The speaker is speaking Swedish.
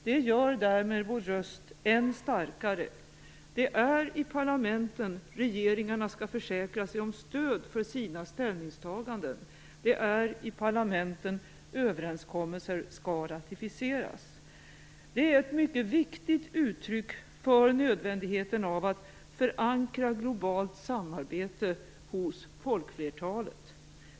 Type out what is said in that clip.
Det gör därmed vår röst än starkare. Det är i parlamenten regeringarna skall försäkra sig om stöd för sina ställningstaganden, det är i parlamenten överenskommelser skall ratificeras. Det är ett mycket viktigt uttryck för nödvändigheten av att förankra globalt samarbete hos folkflertalet.